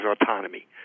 autonomy